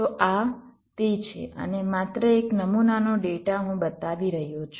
તો આ તે છે અને માત્ર એક નમૂનાનો ડેટા હું બતાવી રહ્યો છું